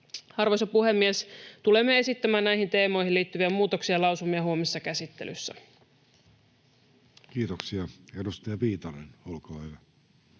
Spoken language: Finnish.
Arvoisa puhemies! Tulemme esittämään näihin teemoihin liittyviä muutoksia lausumien huomisessa käsittelyssä. Kiitoksia. — Edustaja Viitanen, olkaa hyvä.